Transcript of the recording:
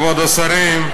כבוד השרים,